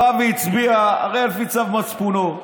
בא והצביע על פי צו מצפונו,